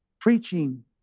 preaching